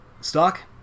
stock